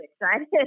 excited